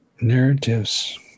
narratives